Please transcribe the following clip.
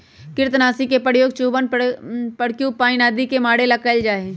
कृन्तकनाशी के प्रयोग चूहवन प्रोक्यूपाइन आदि के मारे ला कइल जा हई